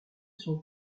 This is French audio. son